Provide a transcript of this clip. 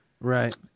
Right